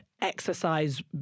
exercise